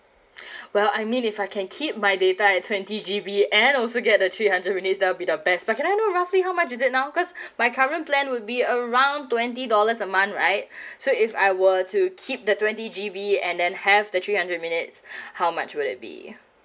well I mean if I can keep my data at twenty G_B and also get the three hundred minutes that would be the best but can I know roughly how much is it now cause my current plan would be around twenty dollars a month right so if I were to keep the twenty G_B and then have the three hundred minutes how much would that be